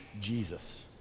Jesus